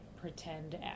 pretend